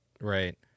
Right